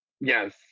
Yes